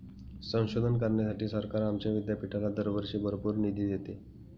संशोधन करण्यासाठी सरकार आमच्या विद्यापीठाला दरवर्षी भरपूर निधी देते